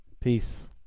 Peace